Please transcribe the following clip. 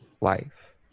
Life